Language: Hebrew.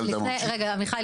עמיחי,